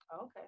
Okay